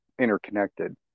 interconnected